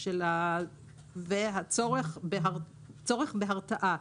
זה הצורך בהרתעה.